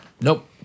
Nope